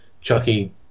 Chucky